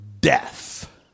death